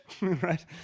right